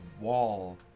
wall